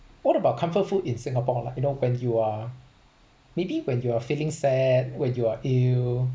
what about comfort food in singapore like you know when you are maybe when you are feeling sad when you are ill